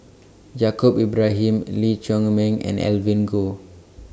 Yaacob Ibrahim Lee Chiaw Meng and Evelyn Goh